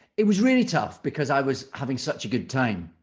it was really tough because i was having such a good time.